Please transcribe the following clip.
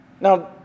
Now